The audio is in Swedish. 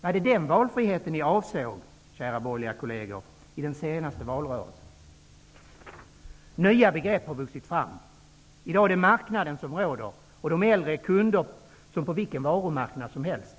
Var det den valfriheten ni avsåg, kära borgerliga kolleger, i den senaste valrörelsen? Nya begrepp har vuxit fram. I dag är det marknaden som råder, och de äldre är kunder som på vilken varumarknad som helst.